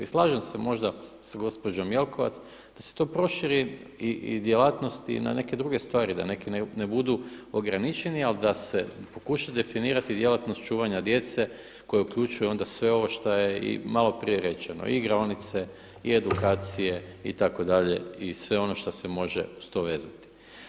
I slažem se možda s gospođom Jelkovac da se to proširi djelatnost i na neke druge stvari, da neki ne budu ograničeni, ali da se pokuša definirati djelatnost čuvanja djece koji uključuje onda i sve ovo šta je i malo prije rečeno i igraonice i edukacije itd. i sve ono što se može uz to vezati.